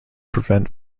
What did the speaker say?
prevent